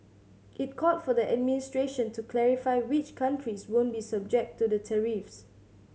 it called for the administration to clarify which countries won't be subject to the tariffs